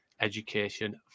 education